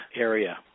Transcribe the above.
area